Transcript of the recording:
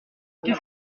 qu’est